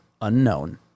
unknown